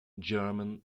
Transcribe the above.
german